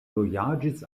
vojaĝis